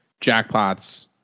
jackpots